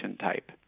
type